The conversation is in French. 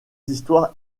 histoires